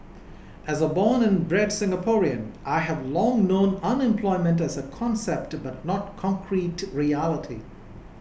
as a born and bred Singaporean I have long known unemployment as a concept but not concrete reality